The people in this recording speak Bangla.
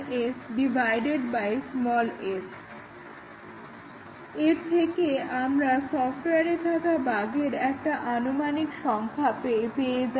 এর তেজে আমরা সফটওয়ারে থাকা বাগের একটা আনুমানিক সংখ্যা পাওয়া যায়